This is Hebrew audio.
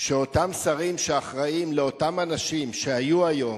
שאותם שרים שאחראים לאותם אנשים שהיו היום